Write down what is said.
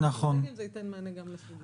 זה ייתן מענה גם לאחרים.